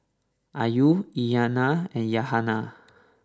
Ayu Aina and Yahaya